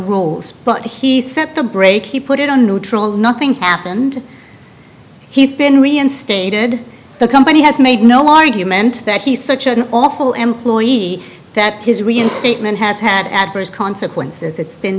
rules but he set the brake he put it on neutral nothing happened he's been reinstated the company has made no argument that he's such an awful employee that his reinstatement has had adverse consequences it's been